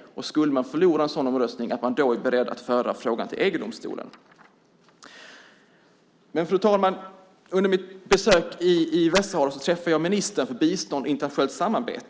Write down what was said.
om man skulle förlora en sådan omröstning är beredd att föra frågan till EG-domstolen. Fru talman! Under mitt besök i Västsahara träffade jag ministern för bistånd och internationellt samarbete.